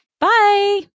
Bye